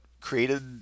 created